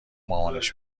مامانش